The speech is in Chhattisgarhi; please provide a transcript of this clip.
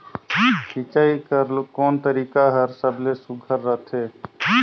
सिंचाई कर कोन तरीका हर सबले सुघ्घर रथे?